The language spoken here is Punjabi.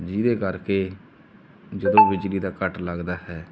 ਜਿਹਦੇ ਕਰਕੇ ਜਦੋਂ ਬਿਜਲੀ ਦਾ ਕੱਟ ਲੱਗਦਾ ਹੈ